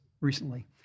recently